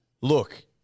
Look